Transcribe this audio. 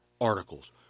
articles